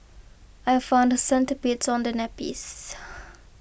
I found centipedes on the nappies